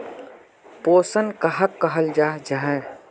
पोषण कहाक कहाल जाहा जाहा?